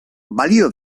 balio